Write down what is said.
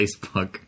facebook